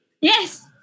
Yes